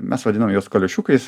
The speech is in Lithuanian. mes vadinam juos kaliošiukais